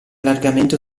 largamente